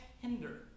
hinder